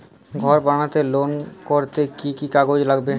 ঘর বানাতে লোন করতে কি কি কাগজ লাগবে?